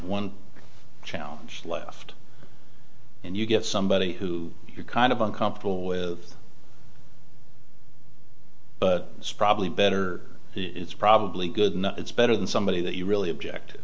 one challenge left and you get somebody who you kind of uncomfortable with but it's probably better it's probably good it's better than somebody that you really object